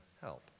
help